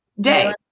day